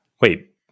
wait